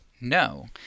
no